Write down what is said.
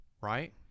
right